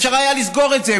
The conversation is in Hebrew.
אפשר היה לסגור את זה.